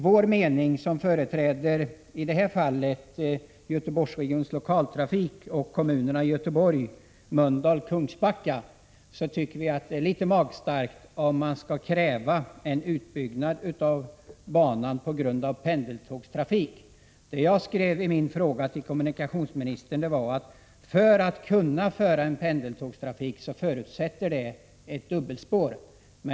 Vi som i det här fallet representerar Göteborgsregionens lokaltrafik och kommunerna Göteborg, Mölndal och Kungsbacka tycker det är litet magstarkt att kräva en utbyggnad av banan på grund av pendeltågstrafikens behov. Det jag skrev i min fråga till kommunikationsministern var att för att en pendeltågstrafik skall kunna föras förutsätts ett dubbelspår.